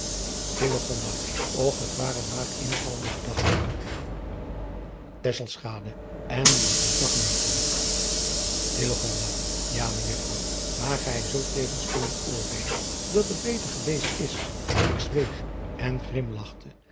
ch het waren maar invallende gedachten driaan oosjes zn et leven van illegonda uisman n die ik niet mag weten a ejuffrouw maar gij zult tevens kunnen oordeelen dat het beter geweest is dat ik zweeg en